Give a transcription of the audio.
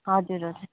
हजुर हजुर